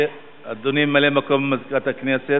אדוני, ממלא-מקום מזכירת הכנסת,